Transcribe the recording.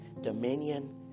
dominion